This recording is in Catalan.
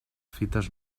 fites